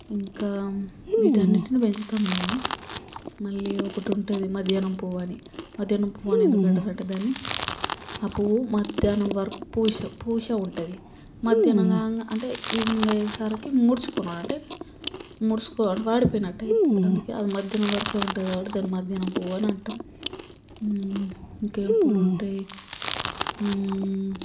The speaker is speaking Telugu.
ఇంకా వీటన్నిటిని పెంచుతాం మేము మళ్ళీ ఒకటి ఉంటుంది మధ్యాహ్నం పువ్వు అని మధ్యాహ్నం పువ్వు అని ఎందుకు అంటారు అంటే దాన్ని ఆ పువ్వు మధ్యాహ్నం వరకు పూసవ్ పూసే ఉంటుంది మధ్యాహ్నం కాగానే అంటే ఈవెనింగ్ అయ్యేసరికి ముడుచుకుని అంటే ముడుచుకుని వాడిపోయినట్టు అవుతుంది అందుకే అది మధ్యాహ్నం వరకే ఉంటుంది కాబట్టి దాన్ని మధ్యాహ్నం పువ్వు అని అంటాం ఇంకేం పూలు ఉంటాయి